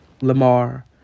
Lamar